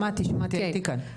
שמעתי, הייתי כאן.